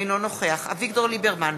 אינו נוכח אביגדור ליברמן,